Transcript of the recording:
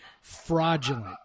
fraudulent